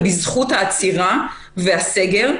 ובזכות העצירה והסגר,